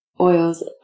oils